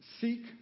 Seek